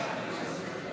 ההסתייגות לא